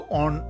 on